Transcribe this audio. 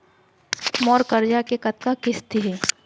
मोर करजा के कतका किस्ती हे?